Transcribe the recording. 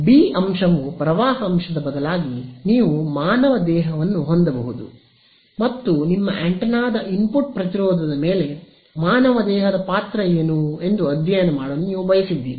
B ಅಂಶವು ಪ್ರವಾಹ ಅಂಶದ ಬದಲಾಗಿ ನೀವು ಮಾನವ ದೇಹವನ್ನು ಹೊಂದಬಹುದು ಮತ್ತು ನಿಮ್ಮ ಆಂಟೆನಾದ ಇನ್ಪುಟ್ ಪ್ರತಿರೋಧದ ಮೇಲೆ ಮಾನವ ದೇಹದ ಪಾತ್ರ ಏನು ಎಂದು ಅಧ್ಯಯನ ಮಾಡಲು ನೀವು ಬಯಸಿದ್ದೀರಿ